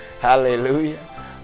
Hallelujah